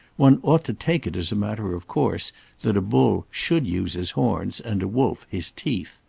one ought to take it as a matter of course that a bull should use his horns, and a wolf his teeth.